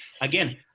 Again